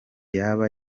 yaba